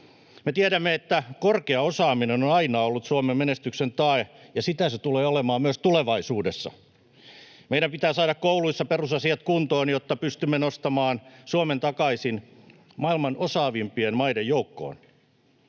Me tiedämme, että korkea osaaminen on aina ollut Suomen menestyksen tae, ja sitä se tulee olemaan myös tulevaisuudessa. Meidän pitää saada kouluissa perusasiat kuntoon, jotta pystymme nostamaan Suomen takaisin maailman osaavimpien maiden joukkoon.